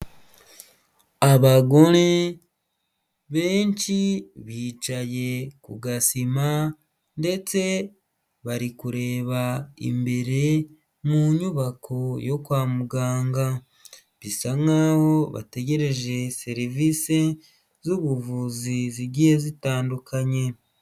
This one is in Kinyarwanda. Abagore benshi bicaye ku ga sima ndetse bari kureba imbere mu nyubako yo kwa muganga bisa nkaho bategereje serivisi z'ubuvuzi zigiye zitandukanye.